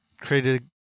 created